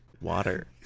water